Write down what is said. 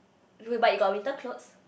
uh but you got a winter clothes